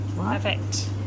Perfect